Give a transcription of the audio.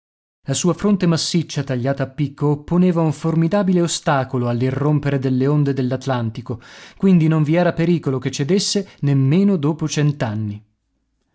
la sua fronte massiccia tagliata a picco opponeva un formidabile ostacolo all'irrompere delle onde dell'atlantico quindi non vi era pericolo che cedesse nemmeno dopo